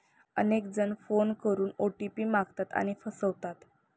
अनेक जण फोन करून ओ.टी.पी मागतात आणि फसवतात